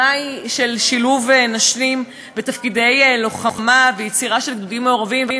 היא לשלב נשים בתפקידי לוחמה ויצירה של גדודים מעורבים,